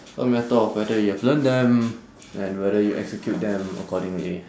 a matter of whether you have learnt them and whether you execute them accordingly